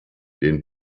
den